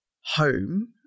home